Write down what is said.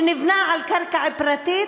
שנבנה על קרקע פרטית,